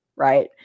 Right